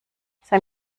sein